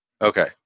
Okay